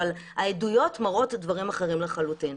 אבל העדויות מראות דברים אחרים לחלוטין.